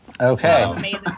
Okay